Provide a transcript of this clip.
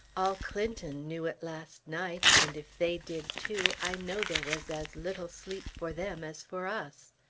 all clinton knew it last night, and if they did, too, i know there was as little sleep for them as for us.